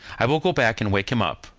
i will go back and wake him up,